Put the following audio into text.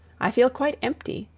i feel quite empty,